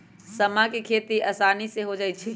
समा के खेती असानी से हो जाइ छइ